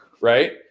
right